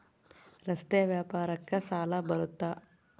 ರಸ್ತೆ ವ್ಯಾಪಾರಕ್ಕ ಸಾಲ ಬರುತ್ತಾ?